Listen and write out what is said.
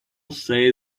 say